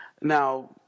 Now